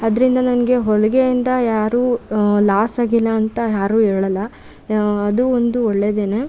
ಅದರಿಂದ ನನಗೆ ಹೊಲಿಗೆಯಿಂದ ಯಾರೂ ಲಾಸ್ ಆಗಿಲ್ಲ ಅಂತ ಯಾರೂ ಹೇಳಲ್ಲ ಅದೂ ಒಂದು ಒಳ್ಳೆಯದೇ